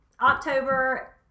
October